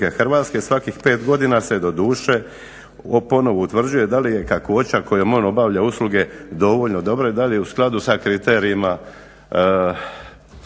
Hrvatske, svakih 5 godina se doduše ponovo utvrđuje da li je kakvoća kojom on obavlja usluge dovoljno dobra i da li je u skladu sa kriterijima